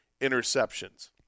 interceptions